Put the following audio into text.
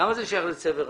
למה זה שייך לצבר אשראי?